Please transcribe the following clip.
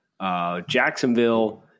Jacksonville